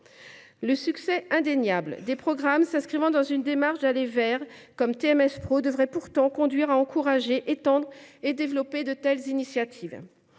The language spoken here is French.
Le succès indéniable des programmes s’inscrivant dans une démarche d’« aller vers », comme TMS Pros, devrait pourtant conduire à encourager, étendre et développer de telles initiatives.